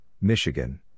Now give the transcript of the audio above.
Michigan